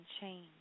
change